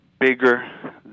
bigger